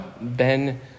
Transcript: Ben